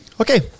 Okay